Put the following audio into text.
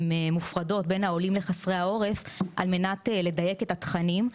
הן מופרדות בין העולים לחסרי העורף על מנת לדייק את התכנים.